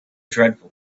dreadful